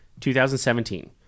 2017